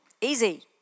Easy